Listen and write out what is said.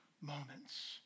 moments